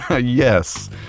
Yes